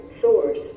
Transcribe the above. Source